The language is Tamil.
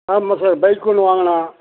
ஆமா சார் பைக் ஒன்று வாங்கணும்